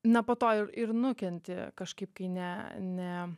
na po to ir ir nukenti kažkaip kai ne ne